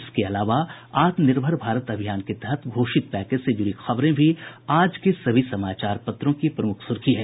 इसके अलावा आत्मनिर्भर भारत अभियान के तहत घोषित पैकेज से जुड़ी खबरें भी आज के सभी समाचार पत्रों की प्रमुख सुर्खी है